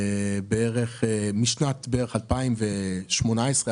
בערך משנת 2018,